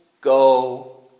go